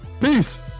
Peace